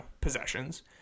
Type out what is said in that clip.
possessions